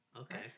okay